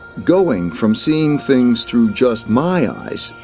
going from seeing things through just my eyes,